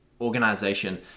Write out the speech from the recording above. organization